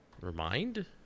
remind